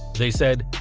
they said